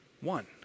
one